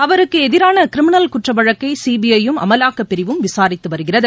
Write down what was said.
அவருக்கு எதிரான கிரிமினல் குற்ற வழக்கை சிபிஐ யும் அமலாக்கப் பிரிவும் விளாித்து வருகிறது